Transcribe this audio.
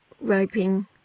raping